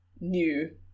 new